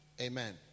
Amen